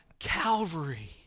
calvary